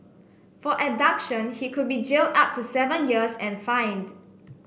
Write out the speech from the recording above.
for abduction he could be jailed up to seven years and fined